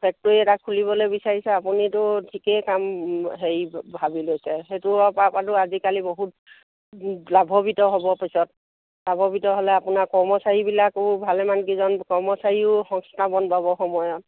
factory এটা খুলিবলে বিচাৰিছে আপুনিতো ঠিকেই কাম হেৰি ভাবি লৈছে সেইটো পৰা পালো আজিকালি বহুত লাভাৱিত হ'ব পিছত লাভাৱিত হ'লে আপোনাৰ কৰ্মচাৰীবিলাকো ভালেমান কিজন কৰ্মচাৰীও সংস্থাপন পাব সময়ত